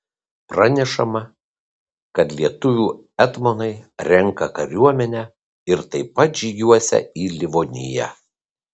pranešama kad lietuvių etmonai renką kariuomenę ir taip pat žygiuosią į livoniją